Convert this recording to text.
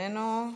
איננו,